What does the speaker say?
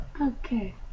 Okay